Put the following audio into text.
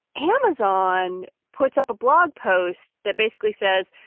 amazon puts up a blog post that basically says,